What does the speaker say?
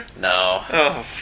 no